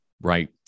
Right